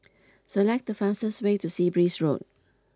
select the fastest way to Sea Breeze Road